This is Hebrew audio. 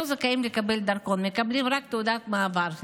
לא זכאים לקבל דרכון ומקבלים רק תעודת מעבר,